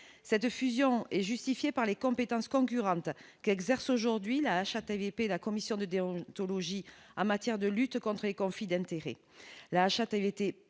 cette fusion est justifiée par les compétences concurrentes qu'exerce aujourd'hui la HATVP, la commission de déontologie a matière de lutte contre et confident intégrer